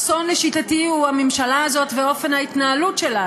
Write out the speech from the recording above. האסון לשיטתי הוא הממשלה הזאת ואופן ההתנהלות שלה,